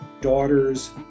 daughters